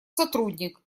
сотрудник